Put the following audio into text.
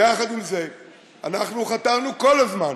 יחד עם זה אנחנו חתרנו כל הזמן